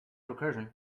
recursion